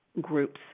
group's